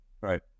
Right